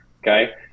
Okay